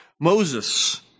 Moses